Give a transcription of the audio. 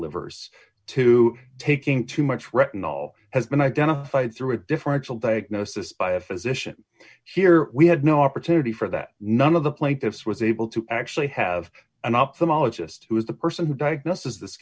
livers to taking too much retinal has been identified through a differential diagnosis by a physician here we had no opportunity for that none of the plaintiffs was able to actually have an ophthalmologist who is the person who diagnosis this